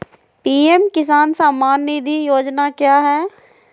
PM Kisan सम्मान निधि योजना क्या है?